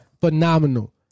phenomenal